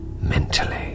mentally